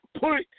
put